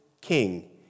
king